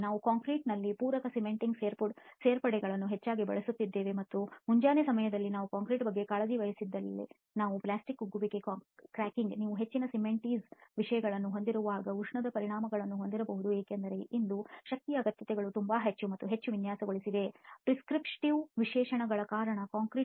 ನಾವು ಕಾಂಕ್ರೀಟ್ನಲ್ಲಿ ಪೂರಕ ಸಿಮೆಂಟಿಂಗ್ ಸೇರ್ಪಡೆಗಳನ್ನು ಹೆಚ್ಚಾಗಿ ಬಳಸುತ್ತಿದ್ದೇವೆ ಮತ್ತು ಮುಂಜಾನೆ ಸಮಯದಲ್ಲಿ ನಾವು ಕಾಂಕ್ರೀಟ್ ಬಗ್ಗೆ ಕಾಳಜಿ ವಹಿಸದಿದ್ದರೆ ನಾವು ಪ್ಲಾಸ್ಟಿಕ್plastic ಕುಗ್ಗುವಿಕೆ ಕ್ರ್ಯಾಕಿಂಗ್cracking ನೀವು ಹೆಚ್ಚಿನ ಸಿಮೆಂಟೀಯಸ್ cementitious ವಿಷಯಗಳನ್ನು ಹೊಂದಿರುವಾಗ ಉಷ್ಣದ ಪರಿಣಾಮಗಳನ್ನು ಹೊಂದಬಹುದು ಏಕೆಂದರೆ ಇಂದು ಶಕ್ತಿಯ ಅಗತ್ಯತೆಗಳು ತುಂಬಾ ಹೆಚ್ಚು ಮತ್ತು ಹೆಚ್ಚು ವಿನ್ಯಾಸಗೊಳಿಸಲಾಗಿದೆ ಪ್ರಿಸ್ಕ್ರಿಪ್ಟಿವ್ ವಿಶೇಷಣಗಳ ಕಾರಣ ಕಾಂಕ್ರೀಟ್